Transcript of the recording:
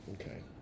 Okay